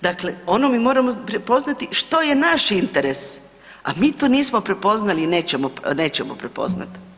Dakle, ono mi moramo prepoznati što je naš interes, a mi to nismo prepoznali i nećemo prepoznati.